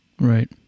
Right